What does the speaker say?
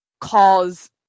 cause